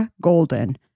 Golden